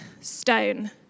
stone